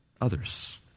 others